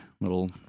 Little